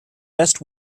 best